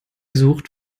sucht